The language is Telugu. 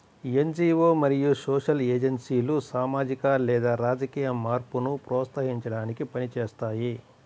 ఎన్.జీ.వో మరియు సోషల్ ఏజెన్సీలు సామాజిక లేదా రాజకీయ మార్పును ప్రోత్సహించడానికి పని చేస్తాయి